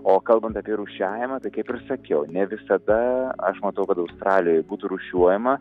o kalbant apie rūšiavimą tai kaip ir sakiau ne visada aš matau kad australijoj būtų rūšiuojama